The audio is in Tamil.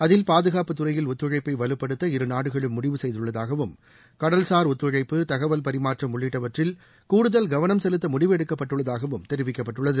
அதில் பாதுகாப்புத் துறையில் ஒத்துழைப்பை வலுப்படுத்த இருநாடுகளும் முடிவு செய்துள்ளதாகவும் கடல்சார் ஒத்துழைப்ப தகவல் பரிமாற்றம் உள்ளிட்டவற்றில் கூடுதல் கவனம் செலுத்த முடிவு எடுக்கப்பட்டுள்ளதாகவும் தெரிவிக்கப்பட்டுள்ளது